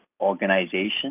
organization